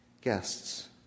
guests